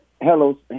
Hello